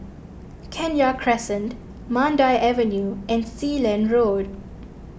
Kenya Crescent Mandai Avenue and Sealand Road